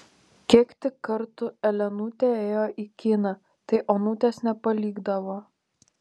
kiek tik kartų elenutė ėjo į kiną tai onutės nepalikdavo